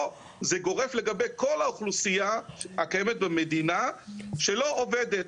זה גורף לגבי כל האוכלוסייה הקיימת במדינה שלא עובדת.